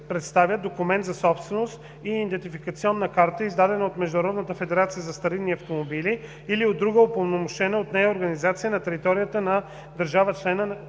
документ за собственост и идентификационна карта, издадена от Международната федерация за старинни автомобили или от друга упълномощенa от нея организация на територията на държава – членка на